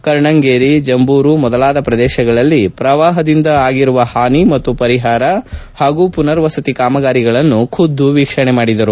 ಕರ್ಣಂಗೇರಿ ಜಂಬೂರು ಮೊದಲಾದ ಶ್ರದೇಶಗಳಲ್ಲಿ ಪ್ರವಾಹದಿಂದ ಆಗಿರುವ ಹಾನಿ ಮತ್ತು ಪರಿಹಾರ ಹಾಗೂ ಪುನರ್ವಸತಿ ಕಾಮಗಾರಿಗಳನ್ನು ಖುದ್ದು ವೀಕ್ಸಣೆ ಮಾಡಿದರು